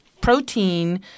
Protein